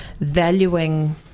valuing